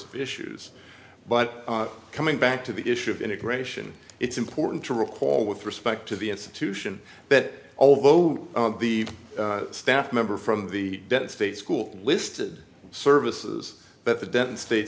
of issues but coming back to the issue of immigration it's important to recall with respect to the institution that although the staff member from the state school listed services but the denton state